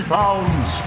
pounds